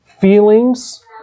feelings